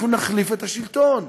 אנחנו נחליף את השלטון.